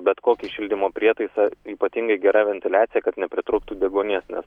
bet kokį šildymo prietaisą ypatingai gera ventiliacija kad nepritrūktų deguonies nes